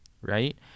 right